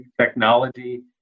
technology